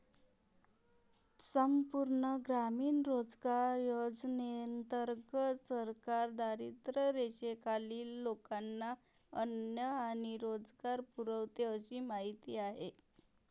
संपूर्ण ग्रामीण रोजगार योजनेंतर्गत सरकार दारिद्र्यरेषेखालील लोकांना अन्न आणि रोजगार पुरवते अशी माहिती आहे